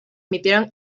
emitieron